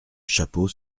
chapeau